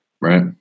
right